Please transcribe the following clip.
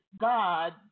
God